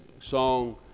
song